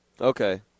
Okay